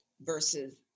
Versus